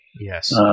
Yes